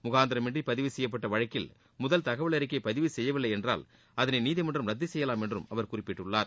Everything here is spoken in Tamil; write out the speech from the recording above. முகாந்திரமின்றி பதிவு செய்யப்பட்ட வழக்கில் முதல் தகவல் அழிக்கை பதிவு செய்யவில்லை என்றால் அதனை நீதிமன்றம் ரத்து செய்யலாம் என்றும் அவர் குறிப்பிட்டுள்ளார்